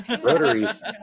rotaries